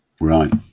Right